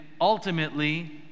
ultimately